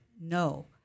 No